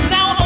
Now